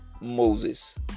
Moses